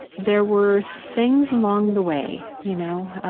there were things along the way, you know.